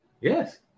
Yes